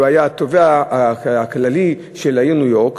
שהיה התובע הכללי של העיר ניו-יורק,